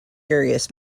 furious